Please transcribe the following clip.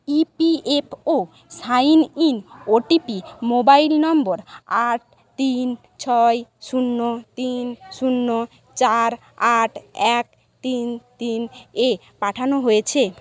E P F O sign in O T P mobile number আট তিন ছয় শূন্য তিন শূন্য চার আট এক তিন তিন এ পাঠানো হয়েছে